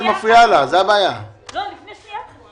זה אמור להיות בתקציב שאנחנו מדברים על הקורונה.